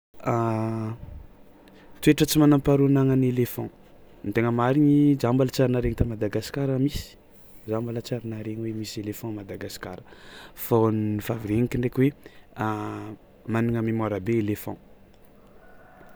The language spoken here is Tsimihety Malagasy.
Toetra tsy manam-paharoa anagna'ny elefan, ny tegna marignyy zah mbola tsy ary naharegny ta Madagasikara misy. Zah mbola tsy ary naharegny hoe misy elefan Madagasikara, fao ny afa avy regniko ndraiky hoe managna mémoira be elefan.